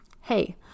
hey